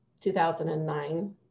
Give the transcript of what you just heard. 2009